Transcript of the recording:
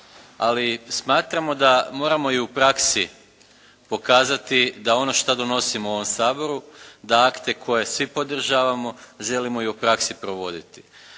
Ali smatramo da moramo i u praksi pokazati da ono što donosimo u ovom Saboru, da akte koje svi podržavamo želimo i u praksi provoditi.